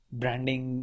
branding